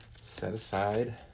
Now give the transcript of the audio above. set-aside